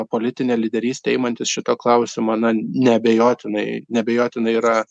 politinė lyderystė imantis šito klausimo na neabejotinai neabejotinai yra